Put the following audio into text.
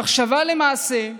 ממחשבה, למעשה: